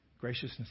Graciousness